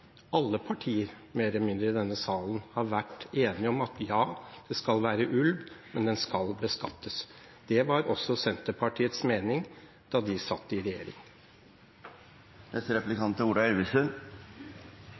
alle partier, mer eller mindre, i denne salen har vært enige om at ja, det skal være ulv, men den skal beskattes. Det var også Senterpartiets mening da de satt i